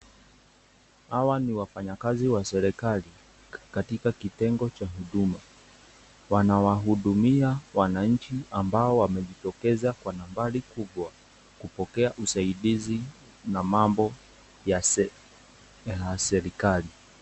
Hawa ni wafanyakazi wa serikali katika kitengo cha huduma, wanawahudumia wananchi ambao wamejitokeza kwa nambari kubwa kupokea usaidizi na mambo ya serikali.